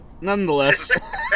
nonetheless